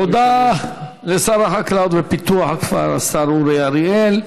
תודה לשר החקלאות ופיתוח הכפר השר אורי אריאל.